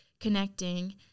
connecting